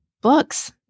books